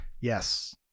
Yes